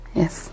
yes